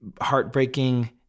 heartbreaking